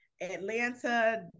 Atlanta